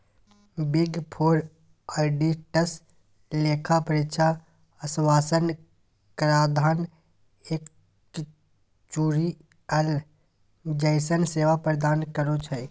big four auditors लेखा परीक्षा आश्वाशन कराधान एक्चुरिअल जइसन सेवा प्रदान करो हय